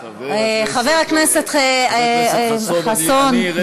חבר הכנסת חסון,